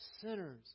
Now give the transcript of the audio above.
sinners